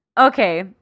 okay